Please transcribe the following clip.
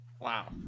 wow